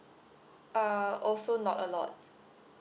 uh also not a lot